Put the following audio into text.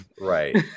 Right